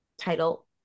title